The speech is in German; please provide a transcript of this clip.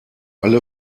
alle